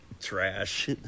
trash